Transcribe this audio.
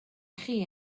chi